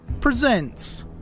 presents